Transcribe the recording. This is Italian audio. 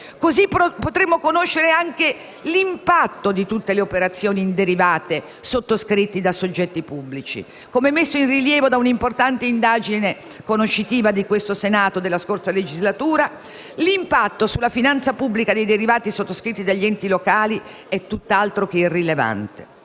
Così potremmo conoscere anche l'impatto di tutte le operazioni in derivati sottoscritte da soggetti pubblici. Come messo in rilievo da una importante indagine conoscitiva del Senato della scorsa legislatura, l'impatto sulla finanza pubblica dei derivati sottoscritti dagli enti locali è tutt'altro che irrilevante.